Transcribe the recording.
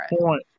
point